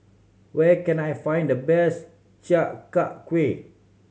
where can I find the best Chi Kak Kuih